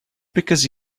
because